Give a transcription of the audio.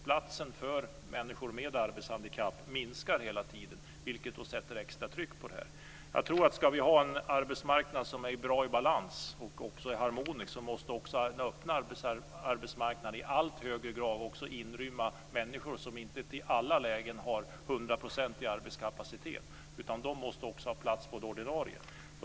Platsen för människor med arbetshandikapp minskar därför, vilket sätter extra tryck på problemet. Ska vi ha en arbetsmarknad som är i bra balans och harmonisk tror jag att den öppna arbetsmarknaden i allt högre grad också måste inrymma människor som inte i alla lägen har hundraprocentig arbetskapacitet. De måste också ha plats på den ordinarie arbetsmarknaden.